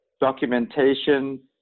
documentation